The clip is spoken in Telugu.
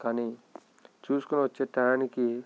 కానీ చూసుకొని వచ్చేటయానికి